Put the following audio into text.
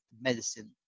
medicine